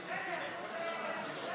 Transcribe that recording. להתייחס.